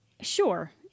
Sure